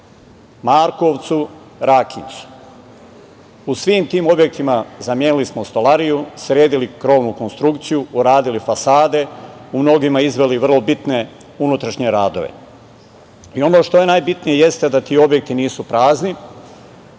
Markovcu, Rakincu. U svim tim objektima zamenili smo stolariju, sredili krovnu konstrukciju, uradili fasade, u mnogima izveli vrlo bitne unutrašnje radove. Ono što je najbitnije jeste da ti objekti nisu